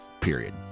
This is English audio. period